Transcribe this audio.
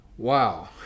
Wow